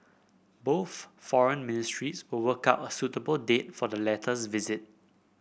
both foreign ministries will work out a suitable date for the latter's visit